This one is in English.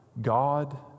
God